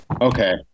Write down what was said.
Okay